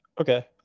Okay